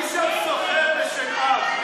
מי סוחר בשנהב?